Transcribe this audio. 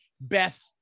Beth